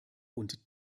und